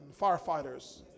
firefighters